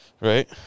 Right